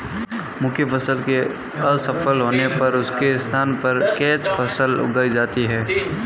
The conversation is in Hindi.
मुख्य फसल के असफल होने पर उसके स्थान पर कैच फसल उगाई जाती है